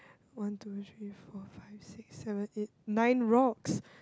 one two three four five six seven eight nine rocks